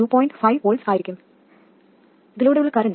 5 V ആയിരിക്കും ഉപകരണത്തിലൂടെയുള്ള current 2